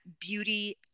beauty